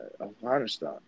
Afghanistan